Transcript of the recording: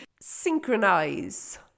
synchronize